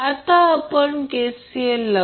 आता आपण KCL लावू